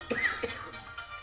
שהוועדה בשלב הזה לא תיתן את ידה